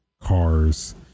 cars